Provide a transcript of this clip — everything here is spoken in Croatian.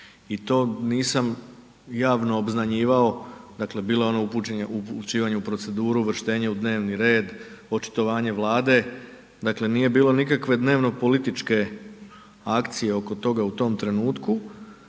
i to nisam javno obznanjivao, dakle bilo je ono upućivanjem u proceduru, uvrštenje u dnevni red, očitovanje Vlade, dakle nije bilo nikakve dnevno-političke akcije oko toga u tom trenutku